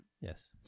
Yes